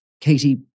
Katie